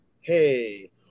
Hey